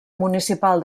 municipal